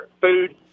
food